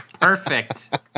perfect